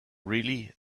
really